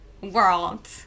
world